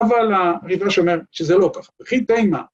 ‫אבל הריטב"א שאומר שזה לא ככה, ‫וכי תימא